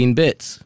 bits